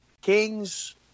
Kings